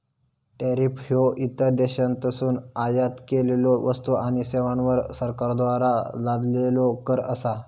tariff ह्यो इतर देशांतसून आयात केलेल्यो वस्तू आणि सेवांवर सरकारद्वारा लादलेलो कर असा